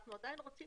אנחנו עדיין רוצים